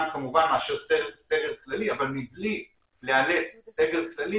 כמובן מאשר סגר כללי אבל מבלי לאלץ סגר כללי,